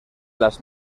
las